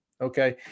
Okay